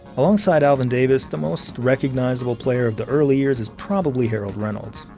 alongside alvin davis, the most recognizable player of the early years is probably harold reynolds,